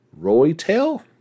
Roytail